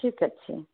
ଠିକ୍ ଅଛି